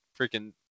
freaking